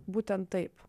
būtent taip